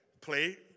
Play